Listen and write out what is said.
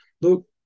look